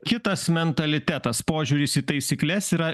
kitas mentalitetas požiūris į taisykles yra